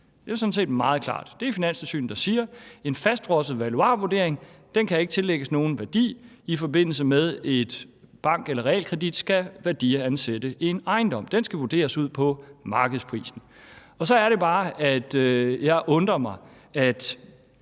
Det er sådan set meget klart. Det er Finanstilsynet, der siger, at en fastfrosset valuarvurdering ikke kan tillægges nogen værdi i forbindelse med, at en bank eller et realkreditinstitut skal værdiansætte en ejendom – den skal vurderes ud fra markedsprisen. Så er det bare, jeg undrer mig over,